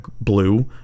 blue